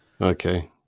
Okay